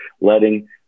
letting